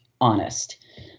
honest